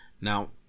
Now